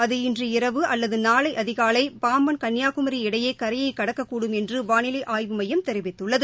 இது இன்று இரவு அல்லது நாளை அதிகாலை பாம்பன் கன்னியாகுரி இடையே கரையை கடக்கக்கூடும் என்று வானிலை ஆய்வு மையம் தெரிவித்துள்ளது